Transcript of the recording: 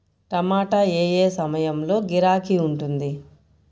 టమాటా ఏ ఏ సమయంలో గిరాకీ ఉంటుంది?